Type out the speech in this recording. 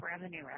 revenue